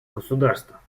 государства